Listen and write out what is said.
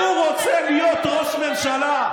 והוא רוצה להיות ראש ממשלה.